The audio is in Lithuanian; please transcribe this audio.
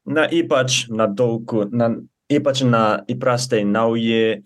na ypač na daug na ypač na įprastai nauji